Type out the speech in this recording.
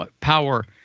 power